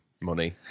money